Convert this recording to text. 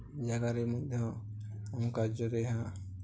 ଜାଗାରେ ମୁଁ କାର୍ଯ୍ୟରେ ଏହା